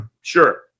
sure